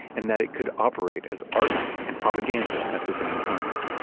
and that it could operate as art and propaganda at the same time.